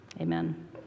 Amen